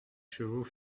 chevaux